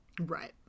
right